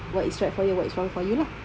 what is right for you what is wrong for you lah